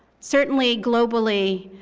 certainly globally,